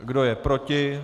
Kdo je proti?